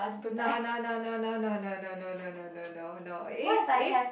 no no no no no no no no no no no no no if if